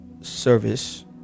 service